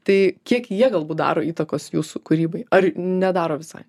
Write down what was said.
tai kiek jie galbūt daro įtakos jūsų kūrybai ar nedaro visai